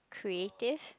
creative